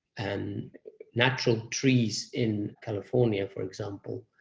and natural trees in california, for example,